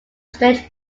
strange